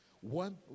One